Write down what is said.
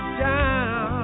down